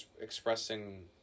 expressing